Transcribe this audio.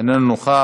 איננו נוכח.